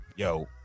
Yo